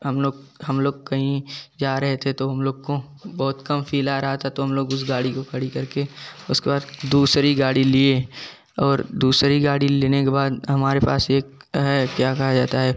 हम लोग हम लोग कहीं जा रहे थे तो हम लोग को बहुत कम फ़ील आ रहा था तो हम लोग उस गाड़ी को खड़ी करके उसकी बाद दूसरी गाड़ी लिए और दूसरी गाड़ी लेने के बाद हमारे पास एक है क्या कहा जाता है